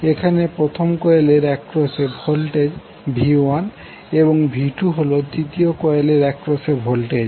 এখানে প্রথম কোয়েলের এ্যাক্রোশ ভোল্টেজ v1এবং v2হল দ্বিতীয় কোয়েলের এ্যাক্রোশ ভোল্টেজ